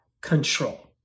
control